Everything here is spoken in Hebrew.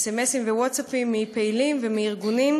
סמ"סים ווטסאפים מפעילים ומארגונים,